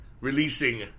releasing